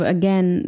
again